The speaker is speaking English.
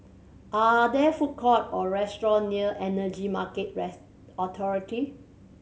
are there food court or restaurant near Energy Market Authority